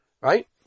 right